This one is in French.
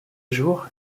jour